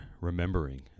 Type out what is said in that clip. remembering